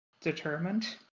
Determined